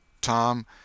Tom